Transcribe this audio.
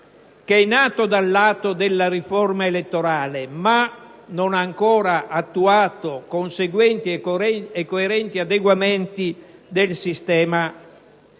che è nato dal lato della riforma elettorale, ma che non ha ancora attuato conseguenti e coerenti adeguamenti del sistema